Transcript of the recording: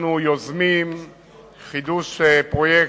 אנחנו יוזמים חידוש פרויקט,